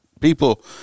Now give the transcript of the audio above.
People